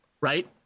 right